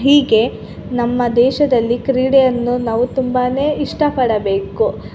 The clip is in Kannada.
ಹೀಗೆ ನಮ್ಮ ದೇಶದಲ್ಲಿ ಕ್ರೀಡೆಯನ್ನು ನಾವು ತುಂಬಾ ಇಷ್ಟಪಡಬೇಕು